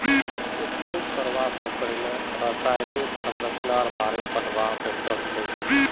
उपयोग करवा स पहले रसायनेर संरचनार बारे पढ़ना बेहतर छोक